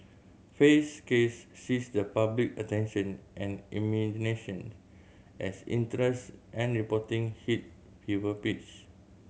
Fay's case seized the public attention and imagination as interest and reporting hit fever pitch